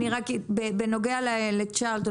בנוגע לצ'רלטון,